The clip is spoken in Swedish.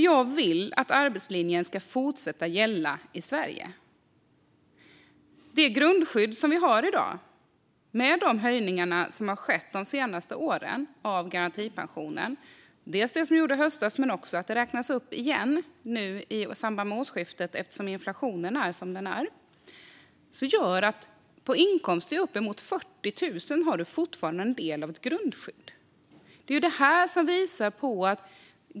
Jag vill att arbetslinjen ska fortsätta att gälla i Sverige. Med de höjningar som har skett av garantipensionen de senaste åren, bland annat i höstas, och att det har skett en uppräkning igen i samband med årsskiftet och med inflationen, har inneburit att på inkomster upp till 40 000 finns fortfarande en del av ett grundskydd.